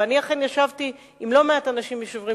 ואני אכן ישבתי עם לא מעט אנשים מ"שוברים